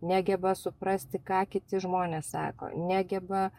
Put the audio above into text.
negeba suprasti ką kiti žmonės sako negeba